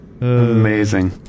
Amazing